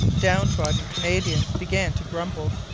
down-trodden canadians began to grumble.